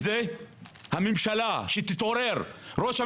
ראש הממשלה וכלל הממשלה חייבים להתעורר,